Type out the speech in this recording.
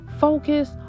focus